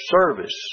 service